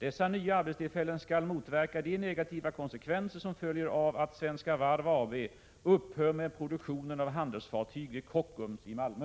Dessa nya arbetstillfällen skall motverka de negativa konsekvenser som följer av att Svenska Varv AB upphör med produktionen av handelsfartyg vid Kockums i Malmö.